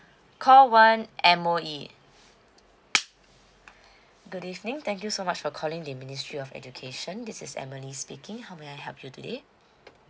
call one M_O_E good evening thank you so much for calling the ministry of education this is emily speaking how may I help you today